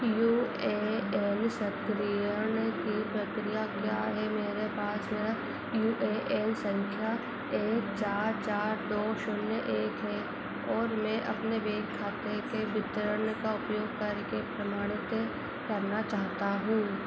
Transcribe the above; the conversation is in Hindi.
यू ए एन सक्रियण की प्रक्रिया क्या है मेरे पास मेरा यू ए एन संख्या एक चार चार दो शून्य एक है और मैं अपने बैंक खाते के वितरण का उपयोग करके प्रमाणित करना चाहता हूँ